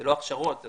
לא הכשרות.